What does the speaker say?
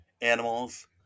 animals